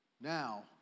now